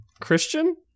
Christian